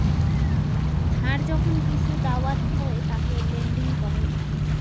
ধার যখন কিসু দাওয়াত হই তাকে লেন্ডিং কহে